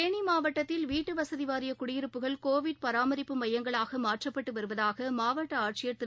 தேனிமாவட்டத்தில் வீட்டுவசதிவாரியகுடியிருப்புகள் கோவிட் பராமரிப்பு மையங்களாகமாற்றப்பட்டுவருவதாகமாவட்டஆட்சியர் திரு